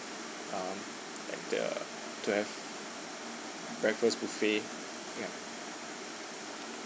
um at the to have breakfast buffet ya